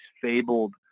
fabled